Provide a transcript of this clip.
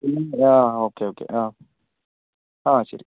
okay okay ശരി